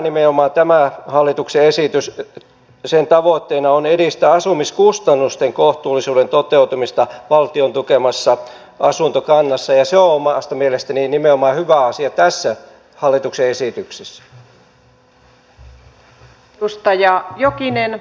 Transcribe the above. nimenomaan tämän hallituksen esityksen tavoitteena on edistää asumiskustannusten kohtuullisuuden toteutumista valtion tukemassa asuntokannassa ja se on omasta mielestäni nimenomaan hyvä asia tässä hallituksen esityksessä